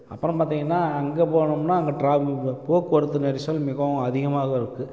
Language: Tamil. அப்புறம் பார்த்திங்கன்னா அங்கே போனோம்னால் அங்கே ட்ராஃபிக் போக்குவரத்து நெரிசல் மிகவும் அதிகமாக இருக்குது